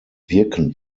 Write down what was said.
wirken